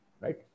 Right